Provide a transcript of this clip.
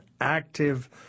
active